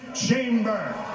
Chamber